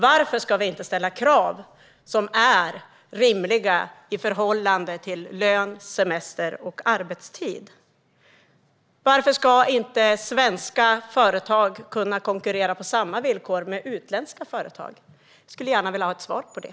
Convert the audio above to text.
Varför ska vi inte ställa krav som är rimliga i förhållande till lön, semester och arbetstid? Varför ska inte svenska företag kunna konkurrera med utländska på samma villkor? Jag skulle gärna vilja ha svar på det.